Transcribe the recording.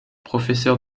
professeur